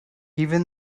even